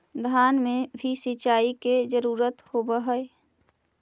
धान मे भी सिंचाई के जरूरत होब्हय?